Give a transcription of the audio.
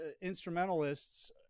instrumentalists